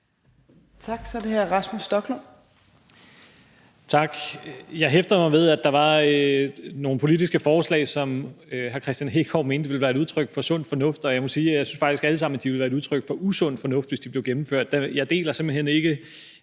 Kl. 12:12 Rasmus Stoklund (S): Tak. Jeg hæfter mig ved, at der var nogle politiske forslag, som hr. Kristian Hegaard mente ville være udtryk for sund fornuft, og jeg må sige, at jeg faktisk synes, at de alle sammen ville være udtryk for usund fornuft, hvis de blev gennemført. Jeg deler simpelt hen ikke